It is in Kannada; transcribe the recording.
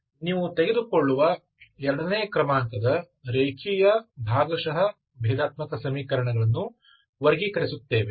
ನೀವು ತೆಗೆದುಕೊಳ್ಳುವ ಎರಡನೇ ಕ್ರಮಾಂಕದ ರೇಖೀಯ ಭಾಗಶಃ ಭೇದಾತ್ಮಕ ಸಮೀಕರಣಗಳನ್ನು ವರ್ಗೀಕರಿಸುತ್ತೇವೆ